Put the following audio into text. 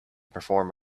perform